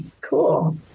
Cool